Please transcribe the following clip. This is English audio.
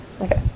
Okay